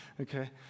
okay